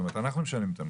אנחנו משלמים את המחיר.